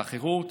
תחרות,